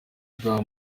bwa